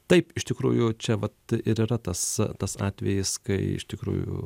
taip iš tikrųjų čia vat ir yra tas tas atvejis kai iš tikrųjų